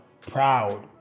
proud